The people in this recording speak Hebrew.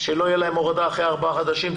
שלא תהיה להם הורדה אחרי ארבעה חודשים,